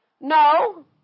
No